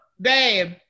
babe